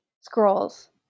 scrolls